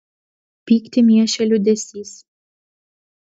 pyktį miešė liūdesys